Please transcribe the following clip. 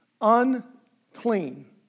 unclean